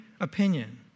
opinion